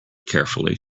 carefully